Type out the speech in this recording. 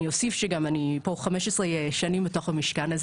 אני אוסיף שאני גם פה 15 שנים בתוך המשכן הזה